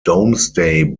domesday